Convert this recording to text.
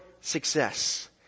success